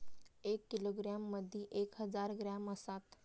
एक किलोग्रॅम मदि एक हजार ग्रॅम असात